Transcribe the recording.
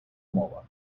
мова